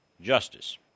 justice